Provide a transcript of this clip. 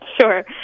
Sure